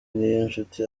niyonshuti